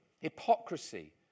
hypocrisy